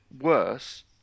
worse